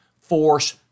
force